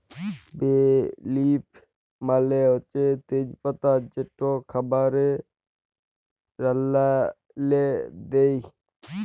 বে লিফ মালে হছে তেজ পাতা যেট খাবারে রাল্লাল্লে দিই